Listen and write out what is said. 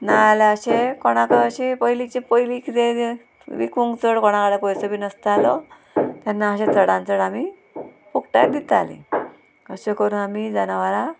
नाजाल्यार अशें कोणाक अशें पयलींचे पयलीं कितें विकूंक चड कोणा वांगडा पयसो बीन नासतालो तेन्ना अशें चडान चड आमी फुकट्याक दितालीं अशें करून आमी जनावरां